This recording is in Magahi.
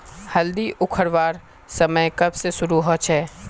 हल्दी उखरवार समय कब से शुरू होचए?